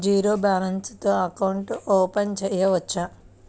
Zero balance తో account open చేయవచ్చు?